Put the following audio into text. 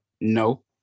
No